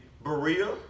Berea